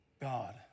God